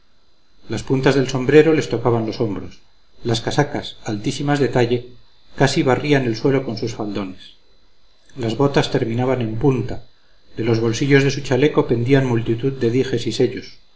las puntas del sombrero les tocaban los hombros las casacas altísimas de talle casi barrían el suelo con sus faldones las botas terminaban en punta de los bolsillos de su chaleco pendían multitud de dijes y sellos